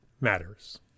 Matters